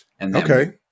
Okay